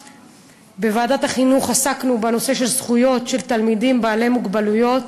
בוועדת החינוך עסקנו בנושא של זכויות תלמידים בעלי מוגבלויות.